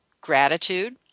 gratitude